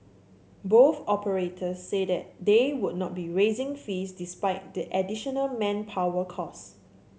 both operators said that they would not be raising fees despite the additional manpower costs